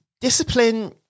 discipline